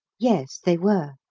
yes, they were.